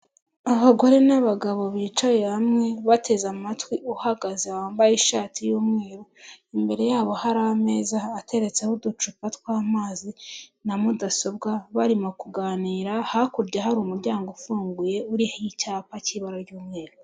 Abagore n'abagabo bicaye hamwe, bateze amatwi uhagaze wambaye ishati y'umweru, imbere yabo hari ameza ateretseho uducupa tw'amazi na mudasobwa, barimo kuganira, hakurya hari umuryango ufunguye, uriho icyapa cy'ibara ry'umweru.